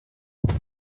these